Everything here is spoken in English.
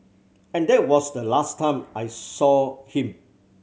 and that was the last time I saw him